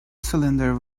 cylinder